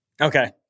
Okay